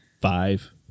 five